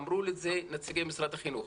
אמרו לי את זה נציגי משרד החינוך,